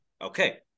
Okay